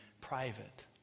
private